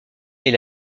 est